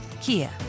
Kia